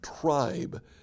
tribe